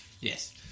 Yes